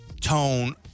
Tone